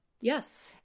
yes